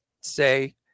say